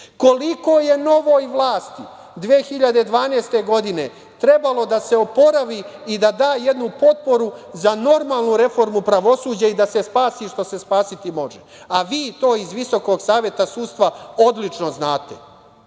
godine. Koliko je novoj vlasti 2012. godine trebalo da se oporavi i da da jednu potporu za normalnu reformu pravosuđa i da se spasi što se spasiti može. Vi, iz Visokog saveta sudstva, odlično zanate,